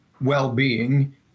well-being